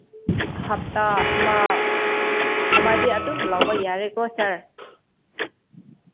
ꯍꯥꯞꯇꯥ ꯑꯃ ꯑꯃꯗꯤ ꯑꯗꯨꯝ ꯂꯧꯕ ꯌꯥꯔꯦꯀꯣ ꯁꯥꯔ